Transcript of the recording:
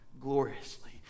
gloriously